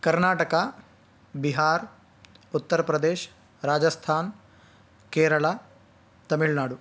कर्नाटक बिहार् उत्तरप्रदेशः राजस्थान केरळा तमिळ्नाडु